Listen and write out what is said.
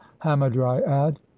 hamadryad